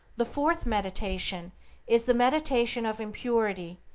the fourth meditation is the meditation of impurity,